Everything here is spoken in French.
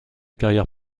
carrière